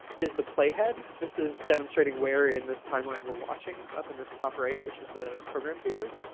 is the play head. this is demonstrating where in this timeline we're watching up in this top right, which is the program viewer.